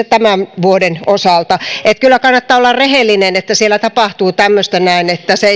tämän vuoden osalta kyllä kannattaa olla rehellinen että siellä tapahtuu tämmöistä näin se